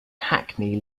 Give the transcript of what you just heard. hackney